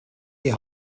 die